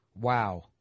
wow